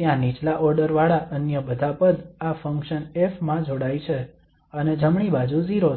ત્યાં નીચલા ઓર્ડર વાળા અન્ય બધા પદ આ ફંક્શન F માં જોડાઈ છે અને જમણી બાજુ 0 છે